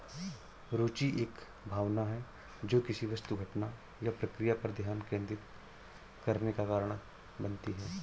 रूचि एक भावना है जो किसी वस्तु घटना या प्रक्रिया पर ध्यान केंद्रित करने का कारण बनती है